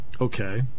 Okay